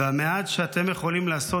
והמעט שאתם יכולים לעשות,